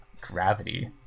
gravity